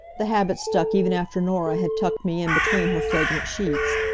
the habit stuck even after norah had tucked me in between her fragrant sheets.